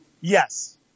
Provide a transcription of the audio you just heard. Yes